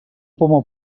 poma